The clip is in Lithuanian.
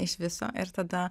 iš viso ir tada